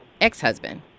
ex-husband